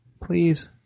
please